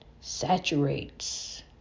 saturates